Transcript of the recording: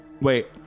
Wait